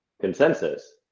consensus